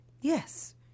yes